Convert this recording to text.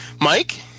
Mike